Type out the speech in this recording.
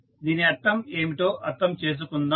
దీని అర్థం ఏమిటో అర్థం చేసుకుందాం